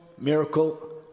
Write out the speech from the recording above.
Miracle